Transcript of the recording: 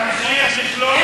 תמשיך לשלוט בעם אחר.